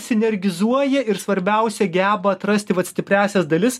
sinergizuoja ir svarbiausia geba atrasti vat stipriąsias dalis